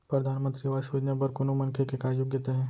परधानमंतरी आवास योजना बर कोनो मनखे के का योग्यता हे?